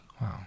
wow